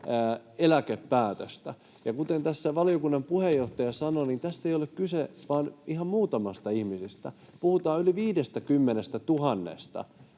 eläkepäätöstä. Kuten tässä valiokunnan puheenjohtaja sanoi, niin tässä ei ole kyse vain ihan muutamasta ihmisestä, vaan puhutaan yli 50 000:sta kuntoutusrahalla